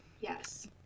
Yes